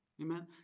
Amen